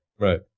Right